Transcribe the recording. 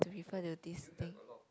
to refer to this thing